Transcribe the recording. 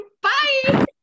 bye